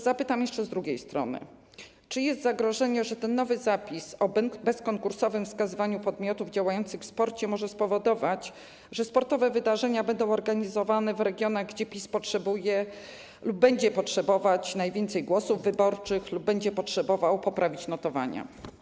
Zapytam jeszcze z drugiej strony: Czy jest zagrożenie, że ten nowy zapis o bezkonkursowym wskazywaniu podmiotów działających w sporcie może spowodować, że sportowe wydarzenia będą organizowane w regionach, gdzie PiS potrzebuje lub będzie potrzebował najwięcej głosów wyborczych lub będzie potrzebował poprawić notowania?